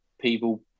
people